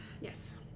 Yes